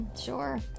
sure